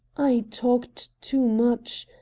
i talked too much.